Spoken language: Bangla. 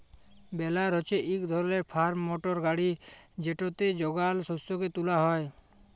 বেলার হছে ইক ধরলের ফার্ম মটর গাড়ি যেটতে যগাল শস্যকে তুলা হ্যয়